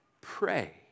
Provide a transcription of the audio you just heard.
pray